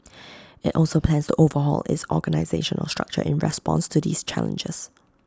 IT also plans to overhaul its organisational structure in response to these challenges